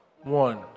one